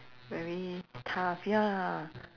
very tough ya